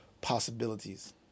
possibilities